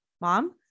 mom